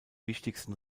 wichtigsten